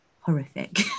horrific